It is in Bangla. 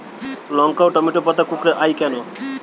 লঙ্কা ও টমেটোর পাতা কুঁকড়ে য়ায় কেন?